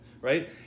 right